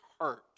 hurt